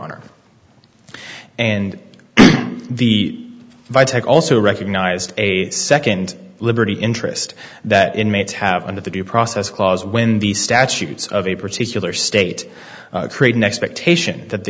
honor and the vi tech also recognized a second liberty interest that inmates have under the due process clause when the statutes of a particular state create an expectation that the